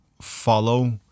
follow-